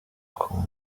com